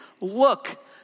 look